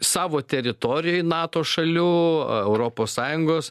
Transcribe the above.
savo teritorijoj nato šalių europos sąjungos